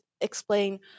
explain